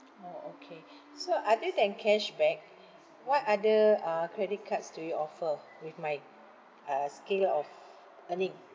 orh okay so other than cashback what other uh credit cards do you offer with my uh scale of earning